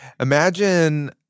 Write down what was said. Imagine